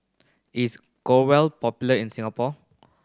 is Growell popular in Singapore